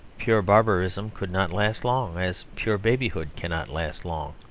pure barbarism could not last long as pure babyhood cannot last long.